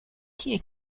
کیه